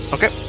Okay